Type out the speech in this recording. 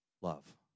love